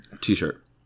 t-shirt